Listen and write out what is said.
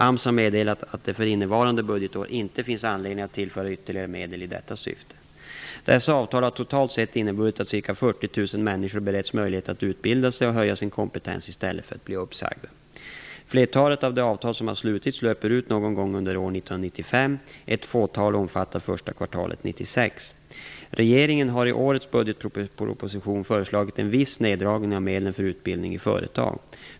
AMS har meddelat att det för innevarande budgetår inte finns anledning att tillföra ytterligare medel i detta syfte. Dessa avtal har totalt sett inneburit att ca 40 000 människor beretts möjlighet att utbilda sig och höja sin kompetens i stället för att bli uppsagda. Flertalet av de avtal som har slutits löper ut någon gång under år 1995; ett fåtal omfattar första kvartalet Regeringen har i årets budgetproposition föreslagit en viss neddragning av medlen för utbildning i företag.